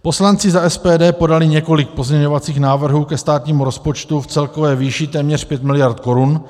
Poslanci za SPD podali několik pozměňovacích návrhů ke státnímu rozpočtu v celkové výši téměř 5 mld. korun.